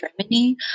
Germany